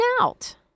out